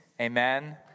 Amen